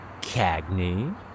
Cagney